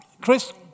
Chris